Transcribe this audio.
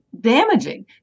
damaging